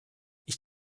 ich